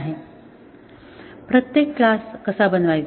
प्रत्येक क्लास कसा बनवायचा